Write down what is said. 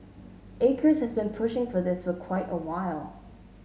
acres has been pushing for this for quite a while